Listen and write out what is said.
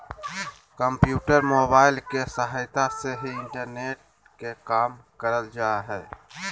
computer, mobile के सहायता से ही इंटरनेट के काम करल जा हय